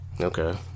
Okay